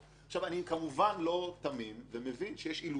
כמובן, אני לא תמים ומבין שיש אילוצים